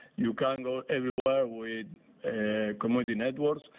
you can go everywhere with and community networks.